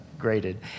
Graded